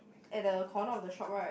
at the corner of the shop right